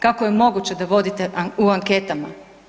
Kako je moguće da vodite u anketama?